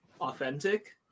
authentic